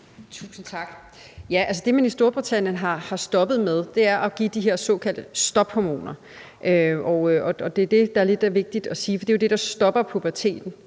Tusind tak. Det, man i Storbritannien er stoppet med, er at give de her såkaldte stophormoner, og det er det, der er lidt vigtigt at sige, for det er jo det, der stopper puberteten.